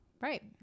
right